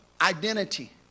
identity